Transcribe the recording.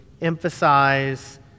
emphasize